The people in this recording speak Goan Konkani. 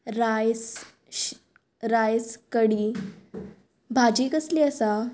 रायस श रायस कडी भाजी कसली आसा